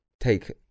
take